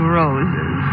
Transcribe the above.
roses